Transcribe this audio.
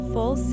Full